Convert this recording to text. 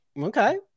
Okay